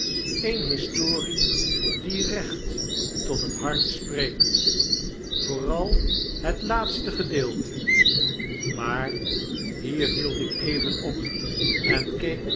eene historie die recht tot het hart spreekt vooral het laatste gedeelte maar hier leld ik even op en keek